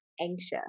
anxious